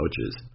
coaches